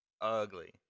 ugly